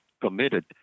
committed